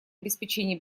обеспечения